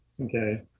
Okay